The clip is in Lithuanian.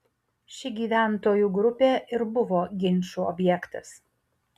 ši gyventojų grupė ir buvo ginčų objektas